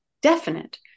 definite